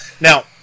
Now